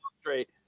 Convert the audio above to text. straight